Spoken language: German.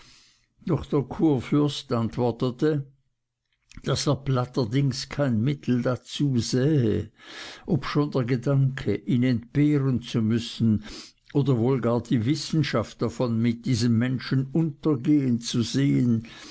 doch der kurfürst antwortete daß er platterdings kein mittel dazu sähe obschon der gedanke ihn entbehren zu müssen oder wohl gar die wissenschaft davon mit diesem menschen untergehen zu sehen